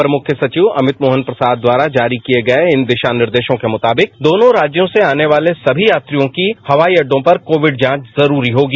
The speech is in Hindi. अपर मुख्य सचिव अमित मोहन प्रसाद द्वारा जारी किए गए इन दिशा निर्देशों के मुताबिक दोनों राज्यों से आने वाले सभी यात्रियों की हवाई अड्डों पर कोविड जांच जरूरी होगी